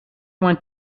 went